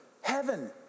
heaven